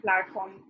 platform